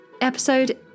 episode